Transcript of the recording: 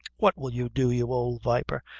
what will you do, you old viper,